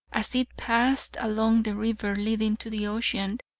as it passed along the river leading to the ocean.